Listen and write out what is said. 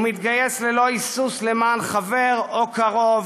הוא מתגייס ללא היסוס למען חבר או קרוב,